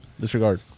Disregard